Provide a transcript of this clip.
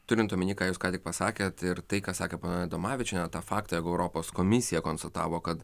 turint omenyje ką jūs ką tik pasakėt ir tai kas sakė ponia adomavičienė tą faktą europos komisija konstatavo kad